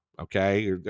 okay